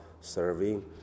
serving